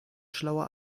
schlauer